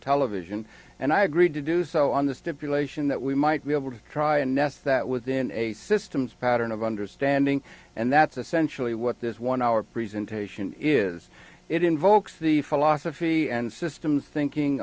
television and i agreed to do so on the stipulation that we might be able to try and mess that within a systems pattern of understanding and that's essentially what this one hour presentation is it invokes the philosophy and systems thinking